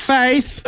face